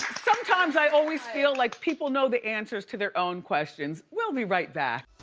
sometimes i always feel like people know the answers to their own questions. we'll be right back.